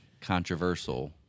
controversial